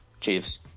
Chiefs